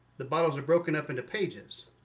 the bottles are broken up into pages.